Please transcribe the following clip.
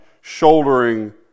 shouldering